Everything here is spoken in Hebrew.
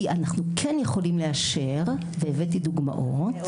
אנחנו מכירים מוועדות ההשגות שהייתי בהן כמשקיף ביהודה ושומרון ואני